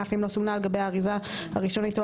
אף אם לא סומנה על גבי האריזה הראשונית או